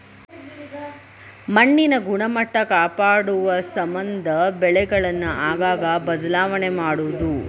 ಮಣ್ಣಿನ ಗುಣಮಟ್ಟಾ ಕಾಪಾಡುಸಮಂದ ಬೆಳೆಗಳನ್ನ ಆಗಾಗ ಬದಲಾವಣೆ ಮಾಡುದು